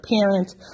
parents